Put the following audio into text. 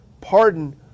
pardon